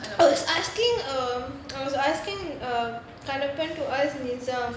I was asking uh I was asking uh kanapin to ask nizam